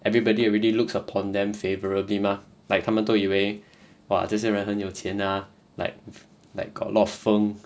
everybody already looks upon them favourably mah like 他们都以为哇这些人很有钱 ah like like got law firm